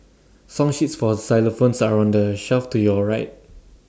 song sheets for xylophones are on the shelf to your right